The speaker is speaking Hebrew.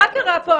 מה קרה פה?